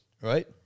right